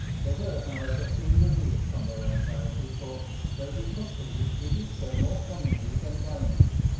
they were, however, soon relieved from their anxiety, for though he took the leap, he did so more cunningly than gallantly,